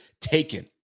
taken